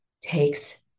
takes